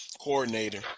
coordinator